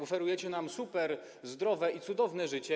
Oferujecie nam superzdrowe i cudowne życie.